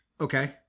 Okay